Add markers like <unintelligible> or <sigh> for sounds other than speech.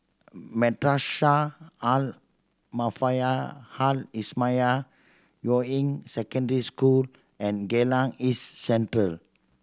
Madrasah Al <unintelligible> Al Islamiah Yuying Secondary School and Geylang East Central